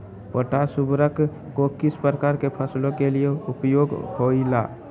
Potash उर्वरक को किस प्रकार के फसलों के लिए उपयोग होईला?